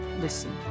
listen